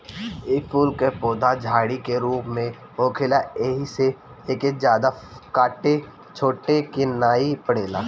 इ फूल कअ पौधा झाड़ी के रूप में होखेला एही से एके जादा काटे छाटे के नाइ पड़ेला